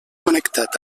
connectat